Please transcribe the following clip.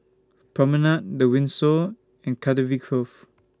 Promenade The Windsor and Cardifi Grove